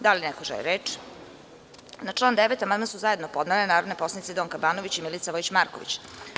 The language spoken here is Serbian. Da li neko želi reč? (Ne.) Na član 9. amandman su zajedno podnele narodne poslanice Donka Banović i Milica Vojić Marković.